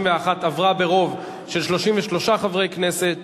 191) עברה ברוב של 33 חברי כנסת,